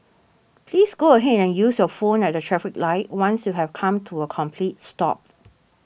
please go ahead and use your phone at the traffic light once you have come to a complete stop